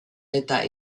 eta